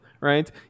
right